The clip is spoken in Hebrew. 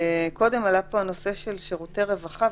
קודם הנושא של שירותי רווחה,